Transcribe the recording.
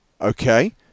Okay